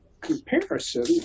comparison